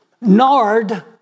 Nard